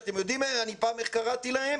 פעם קראתי להם